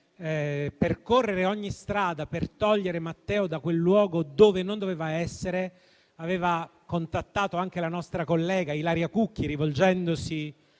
percorrere ogni strada per togliere Matteo da quel luogo dove non doveva essere, aveva contattato anche la nostra collega Ilaria Cucchi, rivolgendosi